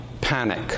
panic